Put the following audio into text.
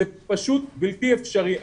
זה פשוט בלתי אפשרי,